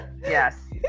yes